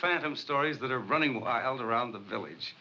phantom stories that are running wild around the village